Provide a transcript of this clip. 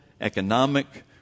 economic